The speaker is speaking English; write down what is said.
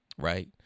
Right